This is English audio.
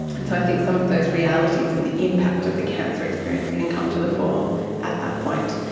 and so i think some of those realities of the impact of the cancer experience can come to the fore at that point.